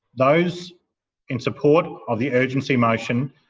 those in support of the urgency motion,